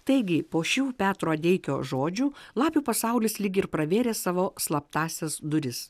taigi po šių petro adeikio žodžių lapių pasaulis lyg ir pravėrė savo slaptąsias duris